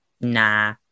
nah